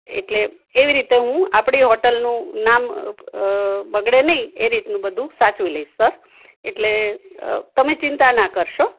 એટલે એવી રીતે હું આપડી હોટલ નું નામ બગડે નઇ એ રીતનું બધુ સાચવી લઇસ સર એટલે તમે ચિંતા ના કરસો